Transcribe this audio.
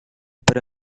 para